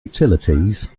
utilities